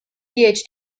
his